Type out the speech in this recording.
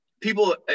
people